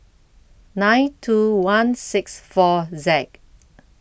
nine two one six four Z